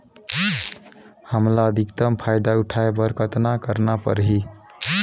हमला अधिकतम फायदा उठाय बर कतना करना परही?